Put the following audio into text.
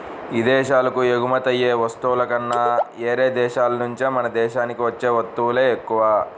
ఇదేశాలకు ఎగుమతయ్యే వస్తువుల కన్నా యేరే దేశాల నుంచే మన దేశానికి వచ్చే వత్తువులే ఎక్కువ